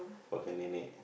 call her nenek